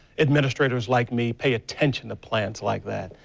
administrators like me pay attention to plans like that.